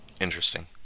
Interesting